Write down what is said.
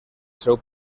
seu